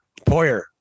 Poyer